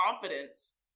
confidence